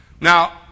now